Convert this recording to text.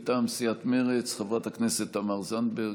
מטעם סיעת מרצ, חברת הכנסת תמר זנדברג,